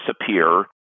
disappear